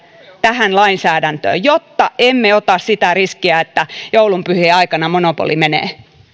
tähän lainsäädäntöön jotta emme ota sitä riskiä että joulunpyhien aikana monopoli menee